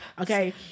Okay